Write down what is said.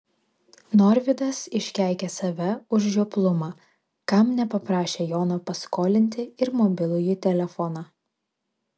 norvydas iškeikė save už žioplumą kam nepaprašė jono paskolinti ir mobilųjį telefoną